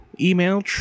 email